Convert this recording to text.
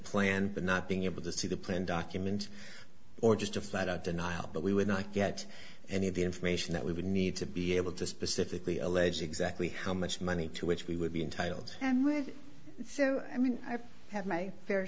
plan but not being able to see the plan document or just a flat out denial but we would not get any of the information that we would need to be able to specifically allege exactly how much money to which we would be entitled so i mean i've had my fair